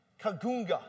kagunga